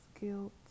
guilt